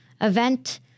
event